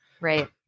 Right